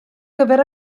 gyfer